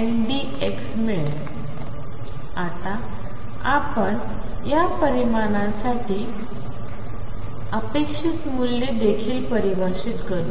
ndx मिळेल आणि आता आपण या प्रमाणांसाठी अपेक्षित मूल्ये देखील परिभाषित करू